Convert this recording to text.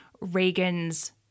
Reagan's